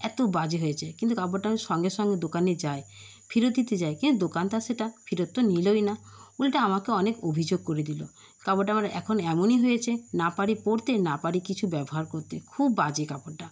এত বাজে হয়েছে কিন্তু কাপড়টা আমি সঙ্গে সঙ্গে দোকানে যাই ফেরত দিতে যাই কিন্তু দোকানদার সেটা ফেরত তো নিলই না উল্টে আমাকে অনেক অভিযোগ করে দিল কাপড়টা আমার এখন এমনই হয়েছে না পারি পরতে না পারি কিছু ব্যবহার করতে খুব বাজে কাপড়টা